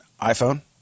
iPhone